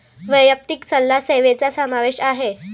वैयक्तिक सल्ला सेवेचा समावेश आहे